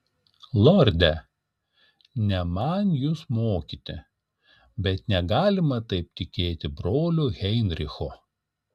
lorde ne man jus mokyti bet negalima taip tikėti broliu heinrichu